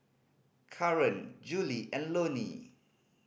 Karan Juli and Loney